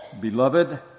Beloved